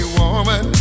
woman